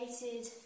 created